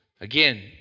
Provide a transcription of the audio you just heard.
Again